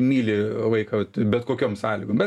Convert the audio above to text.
myli vaiką bet kokiom sąlygom bet